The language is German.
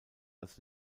als